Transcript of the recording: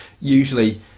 Usually